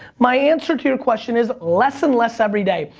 my answer to your question is, less and less every day.